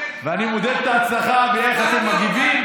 ואני מודד את ההצלחה ביחס למגיבים,